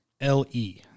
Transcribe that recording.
L-E